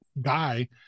guy